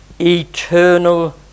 eternal